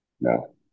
No